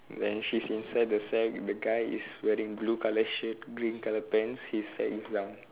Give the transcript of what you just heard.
then she is inside the sack the guy wearing blue colour shirt green colour pants his sack is down